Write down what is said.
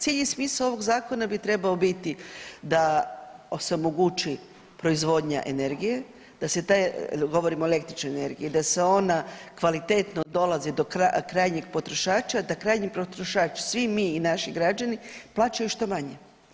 Cilj i smisao ovog zakona bi trebao biti da se omogući proizvodnja energije, govorim o električnoj energiji, da se ona kvalitetno dolazi do krajnjeg potrošača, da krajnji potrošač svi mi i naši građani plaćaju što manje.